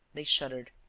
they shuddered.